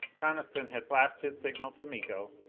coniston had flashed his signal to miko,